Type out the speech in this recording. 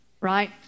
right